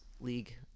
League